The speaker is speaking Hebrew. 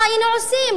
מה היינו עושים,